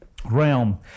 Realm